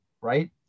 Right